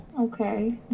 Okay